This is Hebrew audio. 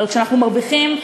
אבל כשאנחנו מרוויחים,